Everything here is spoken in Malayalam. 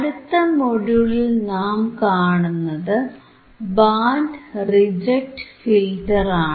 അടുത്ത മൊഡ്യൂളിൽ നാം കാണുന്നത് ബാൻഡ് റിജക്ട് ഫിൽറ്ററാണ്